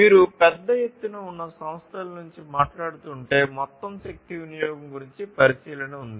మీరు పెద్ద ఎత్తున ఉన్న సంస్థల గురించి మాట్లాడుతుంటే మొత్తం శక్తి వినియోగం గురించి పరిశీలన ఉంది